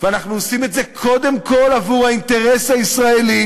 אנחנו עושים את זה קודם כול עבור האינטרס הישראלי,